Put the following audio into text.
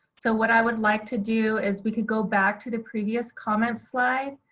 so what i would like to do is we could go back to the previous comments slide.